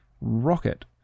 rocket